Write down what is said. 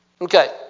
Okay